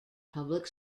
public